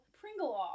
Pringle